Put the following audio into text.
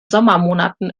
sommermonaten